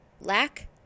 lack